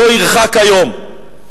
לא ירחק היום,